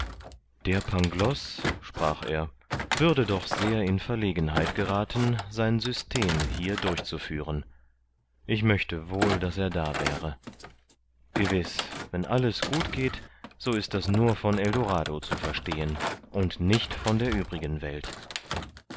der pangloß sprach er würde doch sehr in verlegenheit gerathen sein system hier durchzuführen ich möchte wohl daß er da wäre gewiß wenn alles gut geht so ist das nur von eldorado zu verstehen und nicht von der übrigen welt